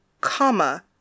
comma